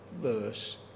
verse